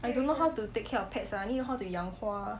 I don't know how to take care of pets [one] I only how to 养花